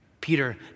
Peter